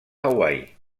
hawaii